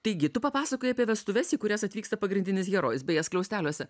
taigi tu papasakojai apie vestuves į kurias atvyksta pagrindinis herojus beje skliausteliuose